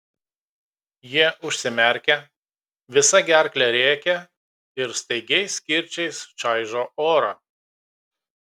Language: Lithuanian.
jie užsimerkia visa gerkle rėkia ir staigiais kirčiais čaižo orą